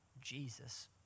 Jesus